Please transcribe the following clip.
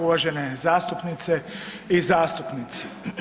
Uvažene zastupnice i zastupnici.